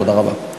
תודה רבה.